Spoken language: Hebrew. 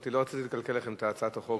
אמרתי שלא רציתי לקלקל לכם את הצעת החוק.